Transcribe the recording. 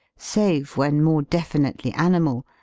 save when more defi nitely animal,